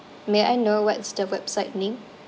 may I know what's the website name